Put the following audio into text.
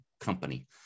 company